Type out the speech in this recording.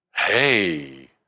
hey